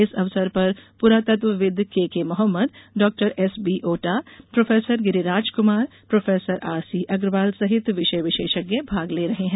इस अवसर पर पुरातत्वविद केके मोहम्मद डॉएस B Ota professor Giriraj Kumar professor R C Agarwal सहित विषय विशेषज्ञ भाग ले रहे हैं